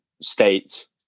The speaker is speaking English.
states